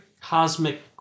cosmic